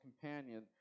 companion